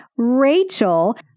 Rachel